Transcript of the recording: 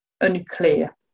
unclear